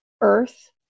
earth